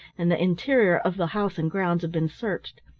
and the interior of the house and grounds have been searched.